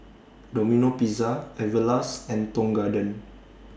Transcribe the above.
Domino Pizza Everlast and Tong Garden